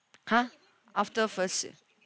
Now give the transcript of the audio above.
!huh! after first